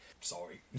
sorry